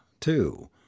two